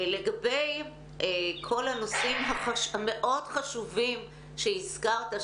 לגבי כל הנושאים המאוד חשובים שהזכרת,